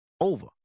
over